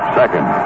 second